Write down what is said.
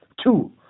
Two